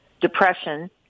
depression